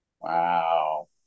Wow